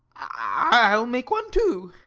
i'll make one too.